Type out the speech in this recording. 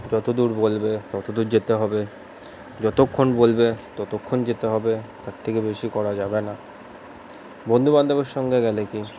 যতদূর বলবে ততদূর যেতে হবে যতক্ষণ বলবে ততক্ষণ যেতে হবে তার থেকে বেশি করা যাবে না বন্ধুবান্ধবের সঙ্গে গেলে কি